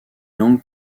langues